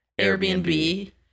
airbnb